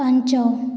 ପାଞ୍ଚ